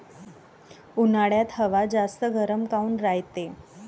उन्हाळ्यात हवा जास्त गरम काऊन रायते?